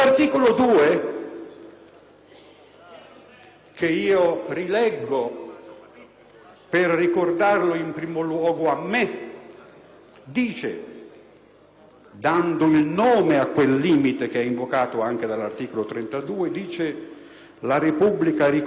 per ricordarlo in primo luogo a me stesso, dice, dando il nome a quel limite invocato anche dall'articolo 32: «La Repubblica riconosce e garantisce i diritti inviolabili dell'uomo».